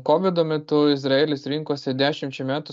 kovido metu izraelis rinkose dešimčiai metų